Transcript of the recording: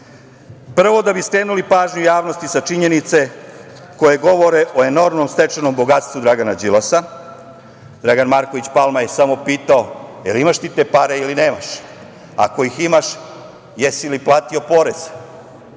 Prvo, da bi skrenuli pažnju javnosti sa činjenice koje govore o enormno stečenom bogatstvu Dragana Đilasa. Dragan Marković Palma je samo pitao: „Da li imaš ti te pare ili nemaš? Ako ih imaš, da li si platio porez?